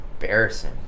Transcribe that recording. Embarrassing